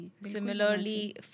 Similarly